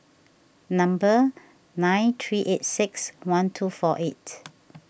number nine three eight six one two four eight